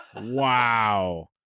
Wow